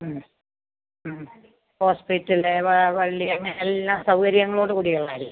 മ്മ് മ്മ് ഹോസ്പിറ്റല് പള്ളി അങ്ങനെ എല്ലാ സൗകര്യങ്ങളോട് കൂടി ഉള്ളതായിരിക്കണം